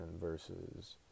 versus